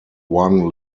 one